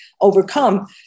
overcome